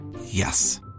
Yes